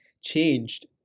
changed